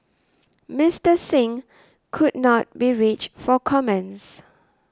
Mister Singh could not be reached for comment